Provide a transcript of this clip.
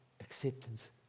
acceptance